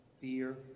fear